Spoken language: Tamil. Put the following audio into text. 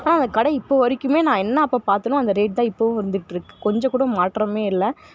ஆனால் அந்த கடை இப்போ வரைக்கும் நான் என்ன அப்போ பார்த்தனோ அந்த ரேட்டு தான் இப்போவும் இருந்துட்டிருக்கு கொஞ்சம் கூட மாற்றமே இல்லை